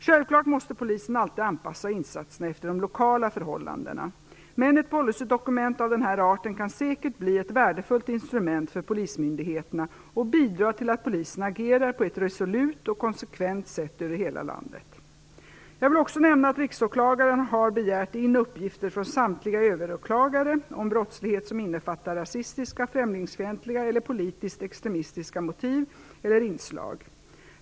Självklart måste polisen alltid anpassa insatserna efter de lokala förhållandena, men ett policydokument av den här arten kan säkert bli ett värdefullt instrument för polismyndigheten och bidra till att poliserna agerar på ett resolut och konsekvent sätt över hela landet. Jag vill också nämna att riksåklagaren har begärt in uppgifter från samtliga överåklagare om brottslighet som innefattar rasistiska, främlingsfientliga eller politiskt extrimistiska motiv eller inslag.